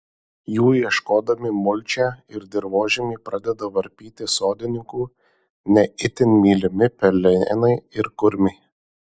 jų ieškodami mulčią ir dirvožemį pradeda varpyti sodininkų ne itin mylimi pelėnai ir kurmiai